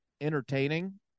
entertaining